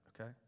okay